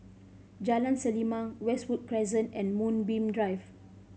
Jalan Selimang Westwood Crescent and Moonbeam Drive